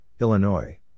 Illinois